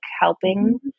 helping